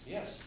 Yes